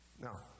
Now